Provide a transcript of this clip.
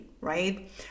right